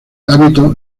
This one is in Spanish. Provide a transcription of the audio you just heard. hábito